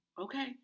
okay